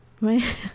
Right